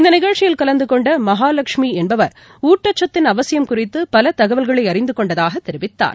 இந்தநிகழ்ச்சியில் கலந்துகொண்டமகாலட்சுமிஎன்பவர் ஊட்டச்சத்தின் அவசியம் குறித்து பலதகவல்களை அறிந்து கொண்டதாக தெரிவித்தார்